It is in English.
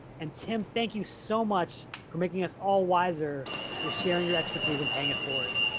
and tim, thank you so much for making us all wiser with sharing your expertise and paying it forward.